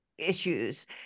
Issues